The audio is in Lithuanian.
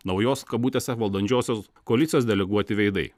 naujos kabutėse valdančiosios koalicijos deleguoti veidai